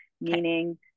meaning